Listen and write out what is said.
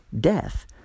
death